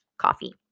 coffee